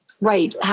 Right